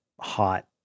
hot